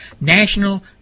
National